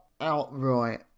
outright